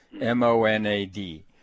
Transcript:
M-O-N-A-D